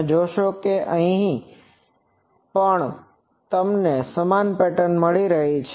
તમે જોશો કે અહીં પણ તમને સમાન પેટર્ન મળી રહી છે